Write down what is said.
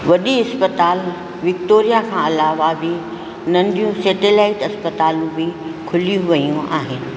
वॾी अस्पताल विक्टोरिया खां अलावा बि नंढियूं सैटलाइट अस्पतालूं बि खुलियूं वियूं आहिनि